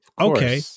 Okay